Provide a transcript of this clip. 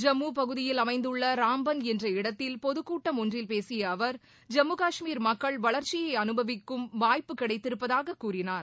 ஜம்மு பகுதியில் அமைந்துள்ள ராம்பன் என்ற இடத்தில் பொதுக்கூட்டம் ஒன்றில் பேசிய அவர் ஜம்மு காஷ்மீர் மக்கள் வளர்ச்சியை அனுபவிக்கும் வாய்ப்பு கிடைத்திருப்பதாக கூறினார்